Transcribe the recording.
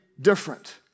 different